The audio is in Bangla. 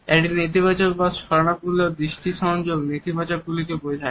একটি নেতিবাচক বা ছলনাপূর্ণ দৃষ্টি সংযোগ নেতিবাচক সম্পর্ক গুলিকে বোঝায়